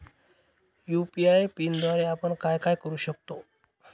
UPI पिनद्वारे आपण काय काय करु शकतो?